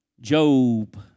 Job